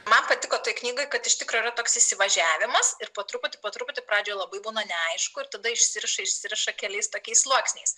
man patiko toj knygoj kad iš tikro yra toks įsivažiavimas ir po truputį po truputį pradžioj labai būna neaišku ir tada išsiriša išsiriša keliais tokiais sluoksniais